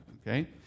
Okay